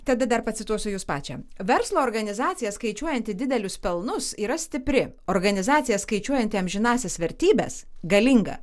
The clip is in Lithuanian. tada dar pacituosiu jus pačią verslo organizacija skaičiuojanti didelius pelnus yra stipri organizacija skaičiuojanti amžinąsias vertybes galinga